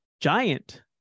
giant